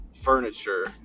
furniture